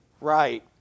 right